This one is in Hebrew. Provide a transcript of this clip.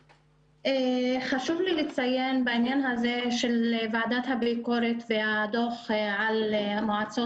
חשוב לי לציין בעניין הזה של ועדת הביקורת והדוח על המועצות